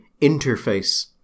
interface